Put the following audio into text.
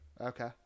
Okay